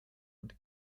und